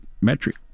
metric